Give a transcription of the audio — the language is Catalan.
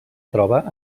troba